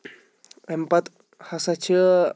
اَمہِ پَتہٕ ہَسا چھِ